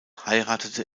heiratete